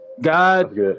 God